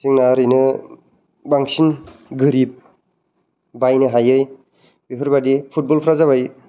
जोंना ओरैनो बांसिन गोरिब बायनो हायै बेफोरबादि फुटबलफोरा जाबाय